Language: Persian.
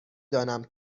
دانم